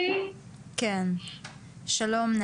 נאוה, שלום.